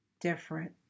different